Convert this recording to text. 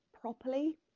properly